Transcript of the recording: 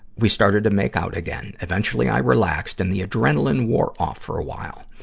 we started to make out again. eventually, i relaxed and the adrenaline wore off for a while.